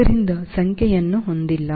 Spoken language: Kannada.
ಆದ್ದರಿಂದ ಸಂಖ್ಯೆಯನ್ನು ಹೊಂದಿಲ್ಲ